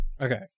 okay